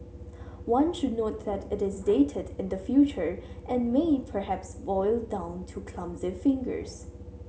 one should note that it is dated in the future and may perhaps boil down to clumsy fingers